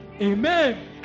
Amen